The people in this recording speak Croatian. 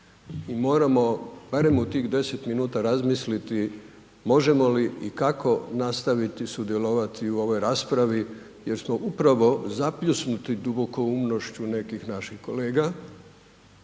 moramo barem u tih 10 minuta razmisliti možemo li i kako nastaviti sudjelovati u ovoj raspravi jer smo upravo zapljusnuti dubokoumnošću nekih naših kolega,